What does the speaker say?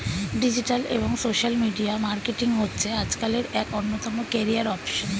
digital এবং social media marketing হচ্ছে আজকালের এক অন্যতম ক্যারিয়ার অপসন